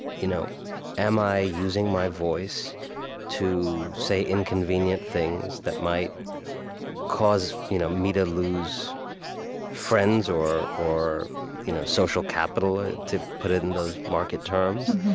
you know am i using my voice to say inconvenient things that might cause you know me to lose friends or or you know social capital, ah to put it in those market terms,